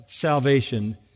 salvation